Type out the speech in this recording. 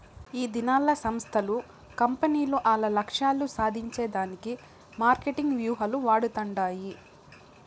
ఈదినాల్ల సంస్థలు, కంపెనీలు ఆల్ల లక్ష్యాలు సాధించే దానికి మార్కెటింగ్ వ్యూహాలు వాడతండాయి